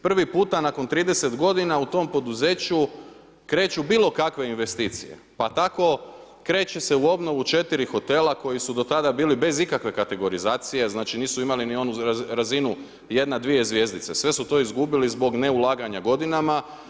Prvi puta nakon 30 godina u tom poduzeću kreću bilo kakve investicije, pa tako kreće se u obnovu 4 hotela koji su do tada bili bez ikakve kategorizacije znači nisu imali ni onu razinu jedna, dvije zvjezdice, sve su to izgubili zbog neulaganja godinama.